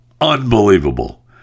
unbelievable